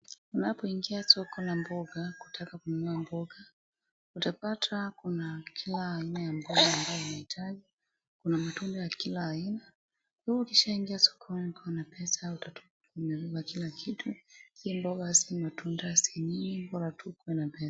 Unapoingia soko la mboga ukitaka kununua mboga utapata kuna kila aina ya mboga ambaye unahitaji, kuna matunda ya kila aina. Kwa hivyo Ukishaa ingia sokoni na pesa utatoka ukiwa umebeba kila kitu si mboga si matunda si nini bora tu ukue na pesa.